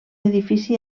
edifici